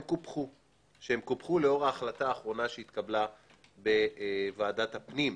קופחו לאור ההחלטה האחרונה שהתקבלה בוועדת הפנים,